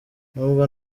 nubwo